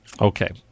Okay